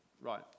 Right